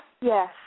Yes